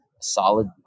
solid